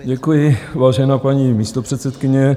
Děkuji, vážená paní místopředsedkyně.